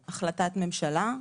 אנחנו כרגע במצב שיש לנו החלטת ממשלה,